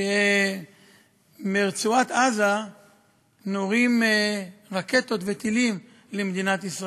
שמרצועת-עזה נורים רקטות וטילים למדינת ישראל.